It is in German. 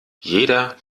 jeder